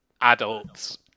adults